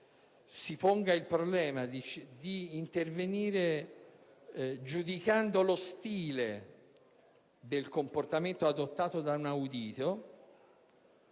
si ponga il problema di intervenire giudicando lo stile del comportamento adottato da un audito.